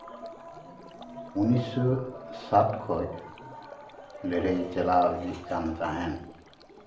ᱩᱱᱤᱥᱥᱚ ᱥᱟᱴ ᱠᱷᱚᱡ ᱞᱟᱹᱲᱦᱟᱹᱭ ᱪᱟᱞᱟᱣ ᱤᱫᱤᱜ ᱠᱟᱱ ᱛᱟᱦᱮᱱ